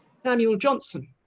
samuel johnson